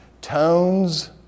Tones